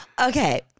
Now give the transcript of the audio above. Okay